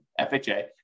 FHA